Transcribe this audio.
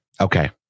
Okay